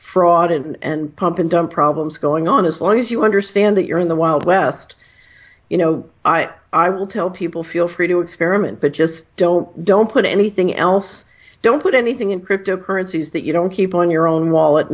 fraud in and pump and dump problems going on as long as you understand that you're in the wild west you know i i would tell people feel free to experiment but just don't don't put anything else don't put anything in crypto currencies that you don't keep on your own wallet